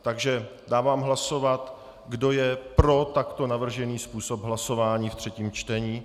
Takže dávám hlasovat, kdo je pro takto navržený způsob hlasování ve třetím čtení.